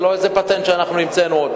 זה לא איזה פטנט שאנחנו המצאנו.